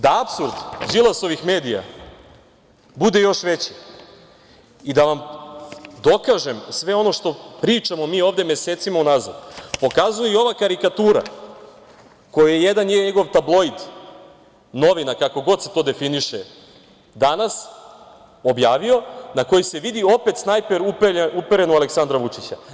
Da apsurd Đilasovih medija bude još veći i da vam dokažem sve ono što pričamo ovde mesecima unazad, pokazuje i ova karikatura koji je jedan njegov tabloid, novina kako god se to definiše „Danas“ objavio, na kojoj se vidi opet snajper uperen u Aleksandra Vučića.